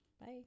Bye